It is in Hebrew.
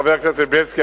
חבר הכנסת בילסקי,